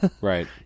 Right